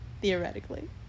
Theoretically